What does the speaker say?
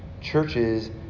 churches